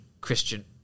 Christian